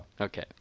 Okay